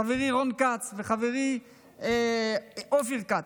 חברי רון כץ וחברי אופיר כץ,